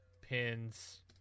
pins